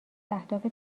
اهداف